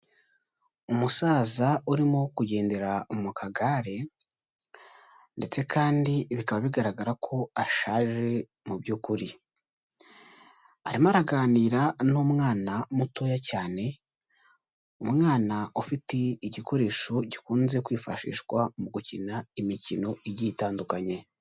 Umusaza urimo kugendera mu kagare ndetse kandi bikaba bigaragara ko ashaje mu by'ukuri, arimo araganira n'umwana mutoya cyane, umwana ufite igikoresho gikunze kwifashishwa mu gukina imikino igiye itandukanye.